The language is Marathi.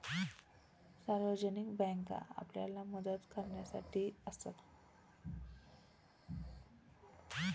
सार्वजनिक बँका आपल्याला मदत करण्यासाठी असतात